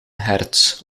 hertz